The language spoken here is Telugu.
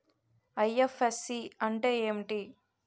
ఐ.ఎఫ్.ఎస్.సి అంటే ఏమిటి?